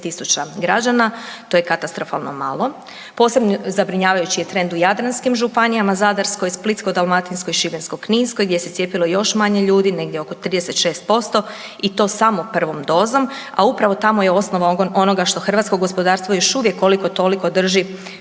30.000 građana, to je katastrofalno malo. Posebno zabrinjavajući je trend u jadranskim županijama, Zadarskoj i Splitsko-dalmatinskoj i Šibensko-kninskoj gdje se cijepilo još manje ljudi, negdje oko 36% i to samo prvom dozom, a upravo tamo je osnova onoga što hrvatsko gospodarstvo još uvijek koliko toliko drži